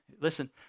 Listen